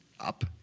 up